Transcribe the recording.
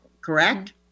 Correct